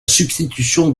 substitution